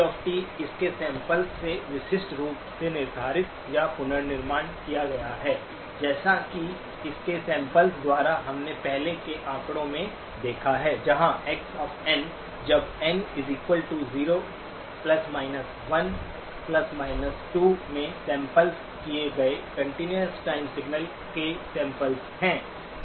Xc इसके samples से विशिष्ट रूप से निर्धारित या पुनर्निर्माण किया गया है जैसा कि इसके सैम्पल्स द्वारा हमने पहले के आंकड़े में देखा है जहां x n जब n 0 1 2 में सैम्पल्स किए गए कंटीन्यूअस टाइम सिग्नल के सैम्पल्स हैं